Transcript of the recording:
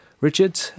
Richard